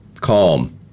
calm